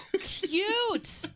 Cute